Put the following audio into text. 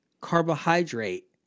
carbohydrate